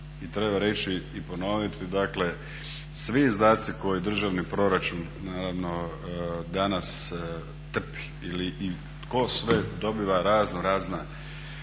treba reći i ponoviti dakle svi izdaci koje državni proračun, naravno danas trpi ili tko sve dobiva razno razna